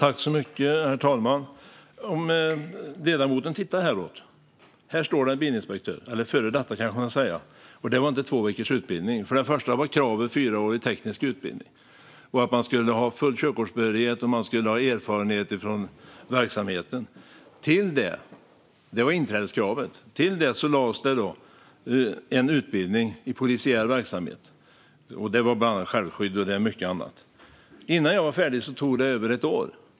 Herr talman! Om ledamoten tittar hitåt ser hon en före detta bilinspektör. Det var inte två veckors utbildning. Först och främst var kravet fyraårig teknisk utbildning och att man skulle ha full körkortsbehörighet och erfarenhet från verksamheten. Det var inträdeskravet. Till detta lades en utbildning i polisiär verksamhet. Det var självskydd och mycket annat. Innan jag var färdig hade det gått över ett år.